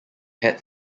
had